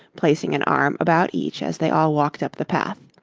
placing an arm about each as they all walked up the path,